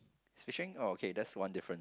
it's fishing okay that's one different